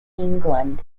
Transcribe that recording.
england